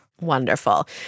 Wonderful